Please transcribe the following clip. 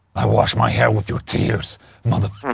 i wash my hair with your tears motherf